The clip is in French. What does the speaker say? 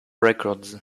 records